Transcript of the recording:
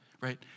right